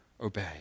obey